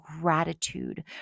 gratitude